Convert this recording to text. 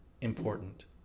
important